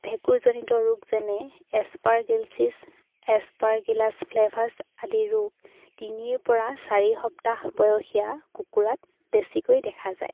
ভেকুৰজনিত ৰোগ যেনে এছপাৰগেলচিছ এছপাৰগিলাছ ফ্লেভাছ আদি ৰোগ তিনিৰপৰা চাৰি সপ্তাহ বয়সীয়া কুকুৰাত বেছিকৈ দেখা যায়